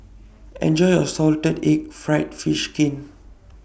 Enjoy your Salted Egg Fried Fish Skin